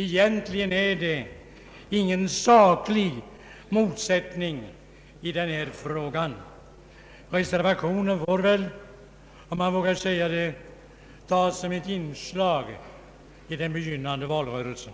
Egentligen är det ingen saklig motsättning i denna fråga. Reservationen får väl — om man vågar säga det — tas som ett inslag i den begynnande valrörelsen.